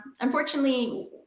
Unfortunately